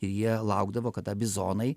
ir jie laukdavo kada bizonai